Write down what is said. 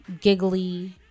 giggly